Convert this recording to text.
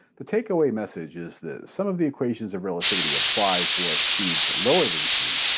the takeaway message is that some of the equations of relativity apply for speeds lower than c,